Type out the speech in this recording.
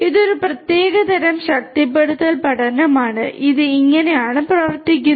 ഇത് ഒരു പ്രത്യേക തരം ശക്തിപ്പെടുത്തൽ പഠനമാണ് ഇത് ഇങ്ങനെയാണ് പ്രവർത്തിക്കുന്നത്